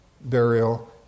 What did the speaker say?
burial